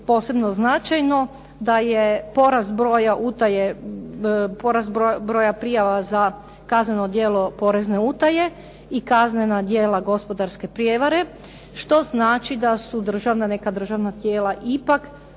porast broja utaje, porast broja prijava za kazneno djelo porezne utaje i kaznena djela gospodarske prijevare, što znači da su državna, neka državna tijela ipak